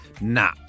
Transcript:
Nah